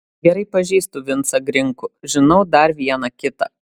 gerai pažįstu vincą grinkų žinau dar vieną kitą